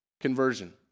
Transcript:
conversion